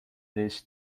this